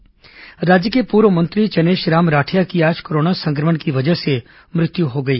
चनेशराम राठिया निधन राज्य के पूर्व मंत्री चनेशराम राठिया की आज कोरोना संक्रमण की वजह से मृत्यु हो गई